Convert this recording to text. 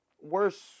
worse